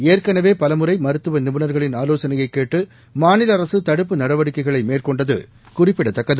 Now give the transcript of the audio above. ஏற்கனவே பலமுறை மருத்துவ நிபுணா்களின் ஆலோகனையை கேட்டு மாநில அரசு தடுப்பு நடவடிக்கைகளை மேற்கொண்டது குறிப்பிடத்தக்கது